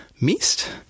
missed